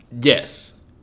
Yes